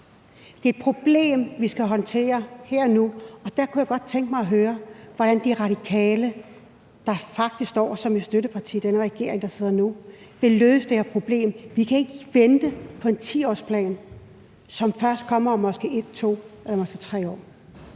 Det er et problem, vi skal håndtere her og nu, og der kunne jeg godt tænke mig at høre, hvordan De Radikale, der faktisk står som støtteparti for den regering, der sidder nu, vil løse det her problem. Vi kan ikke vente på en 10-årsplan, som måske først kommer om 1, 2 eller 3 år.